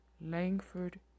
Langford